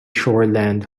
shoreland